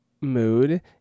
mood